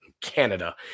Canada